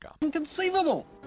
Inconceivable